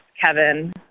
Kevin